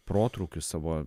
protrūkius savo